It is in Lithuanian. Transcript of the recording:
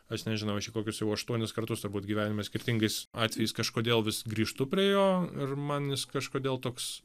aš nežinau aš jau kokius jau aštuonis kartus turbūt gyvenime skirtingais atvejais kažkodėl vis grįžtu prie jo ir man jis kažkodėl toks